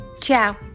Ciao